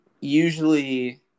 usually